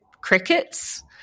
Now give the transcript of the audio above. crickets